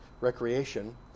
recreation